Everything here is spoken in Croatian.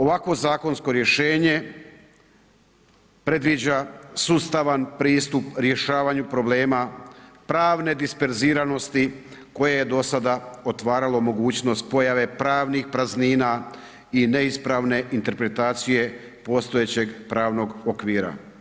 Ovakvo zakonsko rješenje predviđa sustavan pristup rješavanju problema pravne disperziranosti koje je do sada otvaralo mogućnost pojave pravnih praznina i neispravne interpretacije postojećeg pravnog okvira.